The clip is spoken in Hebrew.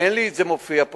אין לי את זה פה כרגע.